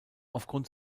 aufgrund